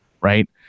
right